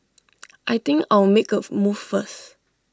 I think I'll make A move first